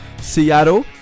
Seattle